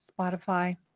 Spotify